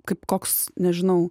kaip koks nežinau